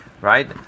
right